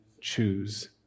choose